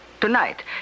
tonight